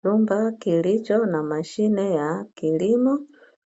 Chumba kilicho na mashine ya kilimo,